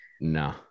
no